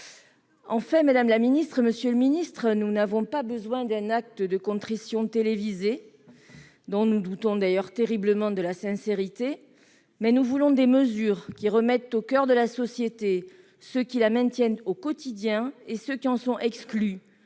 En fait, monsieur le ministre, madame la secrétaire d'État, nous n'avons pas besoin d'un acte de contrition télévisé dont nous doutons d'ailleurs terriblement de la sincérité. Nous voulons des mesures propres à remettre au coeur de la société ceux qui la maintiennent au quotidien et ceux qui en sont exclus.